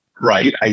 Right